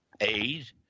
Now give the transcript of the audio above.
aid